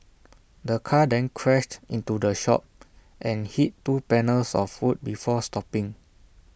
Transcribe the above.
the car then crashed into the shop and hit two panels of wood before stopping